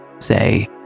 say